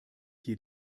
hier